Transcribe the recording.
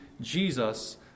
Jesus